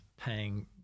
paying